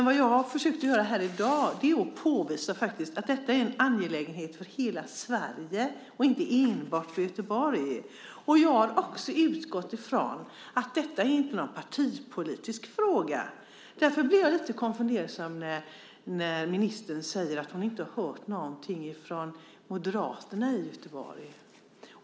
Vad jag har försökt att göra här i dag är att påvisa att detta är en angelägenhet för hela Sverige och inte enbart för Göteborg. Jag har också utgått ifrån att detta inte är någon partipolitisk fråga. Därför blev jag lite konfunderad när ministern sade att hon inte hört något från Moderaterna i Göteborg.